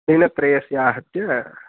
दिनत्रयस्य आहत्य